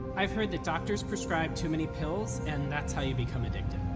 i've heard that doctors prescribe too many pills and that's how you become addicted.